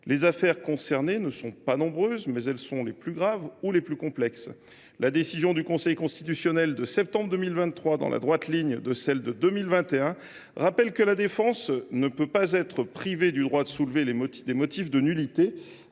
Les affaires concernées ne sont pas nombreuses, mais elles sont les plus graves ou les plus complexes. La décision du Conseil constitutionnel de septembre 2023, dans la droite ligne de celle de 2021, rappelle que la défense ne peut pas être privée du droit de soulever des motifs de nullité,